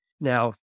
Now